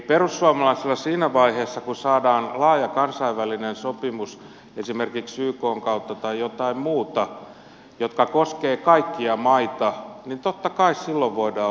perussuomalaiset siinä vaiheessa kun saadaan laaja kansainvälinen sopimus esimerkiksi ykn kautta tai jotain muuta joka koskee kaikkia maita totta kai voi olla mukana